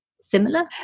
similar